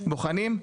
בוחנים,